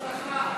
בוז לך.